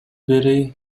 бири